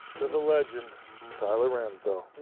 to the legend tyler ramsdell.